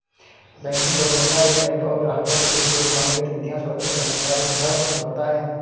banking गोपनीयता एक bank और ग्राहकों के बीच पूर्वगामी गतिविधियां सुरक्षित रखने का एक सशर्त समझौता है